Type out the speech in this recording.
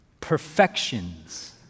Perfections